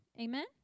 Amen